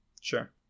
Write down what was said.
Sure